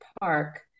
Park